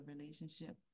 relationship